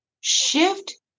Shift